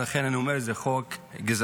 ולכן אני אומר שזה חוק גזעני.